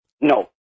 No